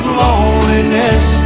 loneliness